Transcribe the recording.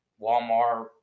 Walmart